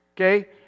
okay